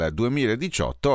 2018